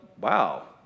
wow